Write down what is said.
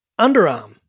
underarm